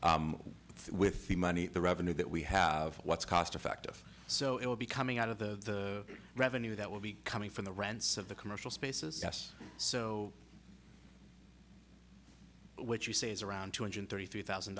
with the money the revenue that we have what's cost effective so it will be coming out of the revenue that will be coming from the rents of the commercial spaces yes so what you say is around two hundred thirty three thousand